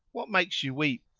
what makes you weep?